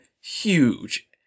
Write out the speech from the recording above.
huge